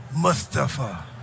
Mustafa